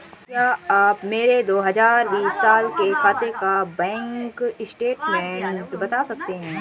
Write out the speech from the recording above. क्या आप मेरे दो हजार बीस साल के खाते का बैंक स्टेटमेंट बता सकते हैं?